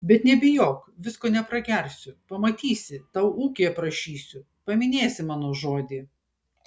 bet nebijok visko nepragersiu pamatysi tau ūkį aprašysiu paminėsi mano žodį